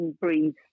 breathe